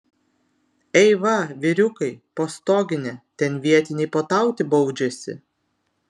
eiva vyriukai po stogine ten vietiniai puotauti baudžiasi